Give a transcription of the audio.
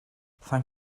thank